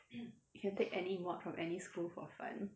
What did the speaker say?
you can take any mod from any school for fun